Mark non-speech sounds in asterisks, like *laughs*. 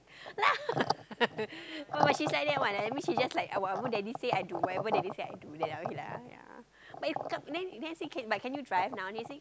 *laughs* oh but she's like that one I mean she just like that [one] whatever daddy say I do whatever daddy say I do then I okay lah ya but it's c~ then I say but uh can you drive now then he say